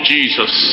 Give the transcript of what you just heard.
Jesus